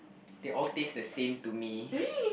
they all taste the same to me